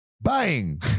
Bang